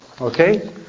Okay